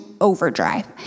overdrive